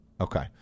Okay